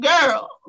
Girl